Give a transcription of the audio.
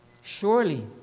Surely